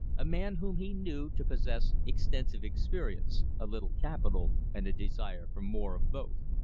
a man whom he knew to possess extensive experience, a little capital, and a desire for more of both.